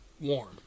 warm